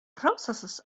processes